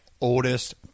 oldest